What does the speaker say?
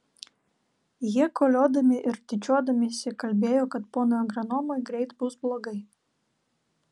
jie koliodami ir tyčiodamiesi kalbėjo kad ponui agronomui greit bus blogai